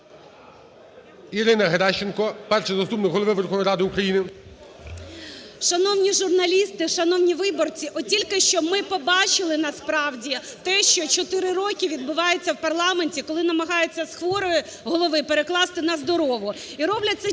Ірина Геращенко, Перший заступник Голови Верховної Ради України. 17:35:11 ГЕРАЩЕНКО І.В. Шановні журналісти, шановні виборці! От тільки що ми побачили насправді те, що 4 роки відбувається в парламенті, коли намагаються з хворої голови перекласти на здорову. І роблять це ті